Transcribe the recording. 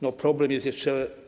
No problem jest jeszcze.